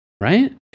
right